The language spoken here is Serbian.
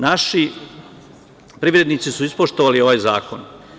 Naši privrednici su ispoštovali ovaj zakon.